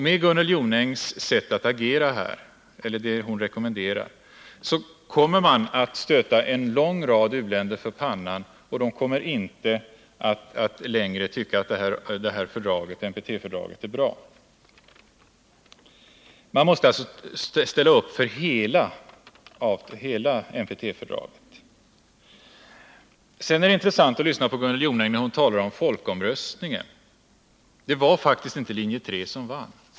Med det agerande Gunnel Jonäng rekommenderar kommer man att stöta en lång rad u-länder för pannan, och de kommer inte längre att tycka att NPT-fördraget är bra. Vi måste ställa upp för hela NPT-fördraget. Det är intressant att lyssna till Gunnel Jonäng när hon talar om folkomröstningen. Det var faktiskt inte linje 3 som vann.